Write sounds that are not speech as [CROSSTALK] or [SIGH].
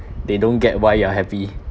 they don't get why you are happy [BREATH]